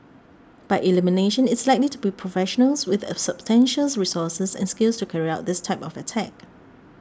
by elimination it's likely to be professionals with substantial resources and skills to carry out this type of attack